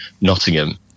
Nottingham